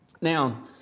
Now